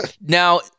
Now